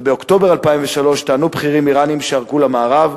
ובאוקטובר 2003 טענו בכירים אירניים שערקו למערב,